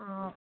অঁ